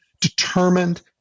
determined